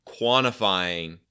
quantifying